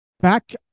back